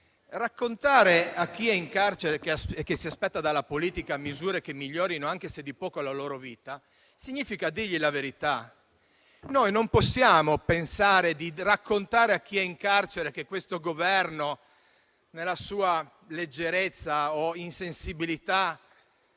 la verità a chi è in carcere e che si aspetta dalla politica misure che migliorino, anche se di poco, la propria vita. Noi non possiamo pensare di raccontare a chi è in carcere che questo Governo, nella sua leggerezza o insensibilità,